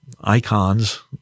icons